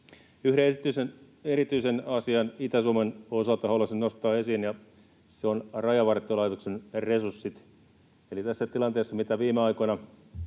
Yhden erityisen asian Itä-Suomen osalta haluaisin nostaa esiin, ja se on Rajavartiolaitoksen resurssit. Eli tässä tilanteessa, mitä viime aikoina